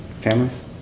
families